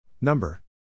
Number